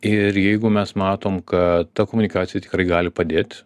ir jeigu mes matom kad ta komunikacija tikrai gali padėt